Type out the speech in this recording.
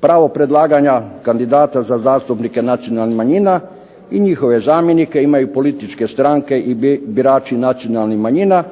Pravo predlaganja kandidata za zastupnike nacionalnih manjina i njihove zamjenike imaju političke stranke i birači nacionalnih manjina